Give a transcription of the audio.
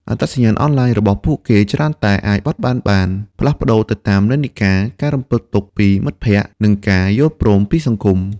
អត្តសញ្ញាណអនឡាញរបស់ពួកគេច្រើនតែអាចបត់បែនបាន ផ្លាស់ប្តូរទៅតាមនិន្នាការ ការរំពឹងទុកពីមិត្តភ័ក្តិ និងការយល់ព្រមពីសង្គម។